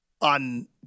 on